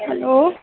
hello